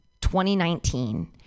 2019